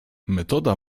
metoda